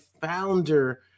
founder